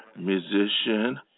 musician